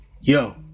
yo